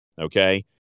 okay